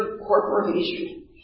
corporation